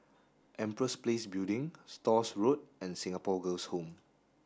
Empress Place Building Stores Road and Singapore Girls' Home